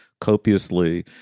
copiously